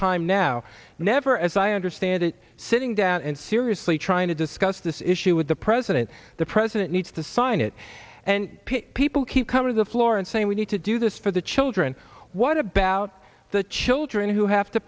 time now never as i understand it sitting down and seriously trying to discuss this issue with the president the president needs to sign it and people keep come to the floor and say we need to do this for the children what about the children who have to